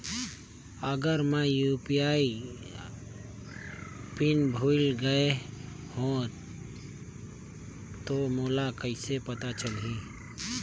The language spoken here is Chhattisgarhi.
अगर मैं यू.पी.आई पिन भुल गये हो तो मोला कइसे पता चलही?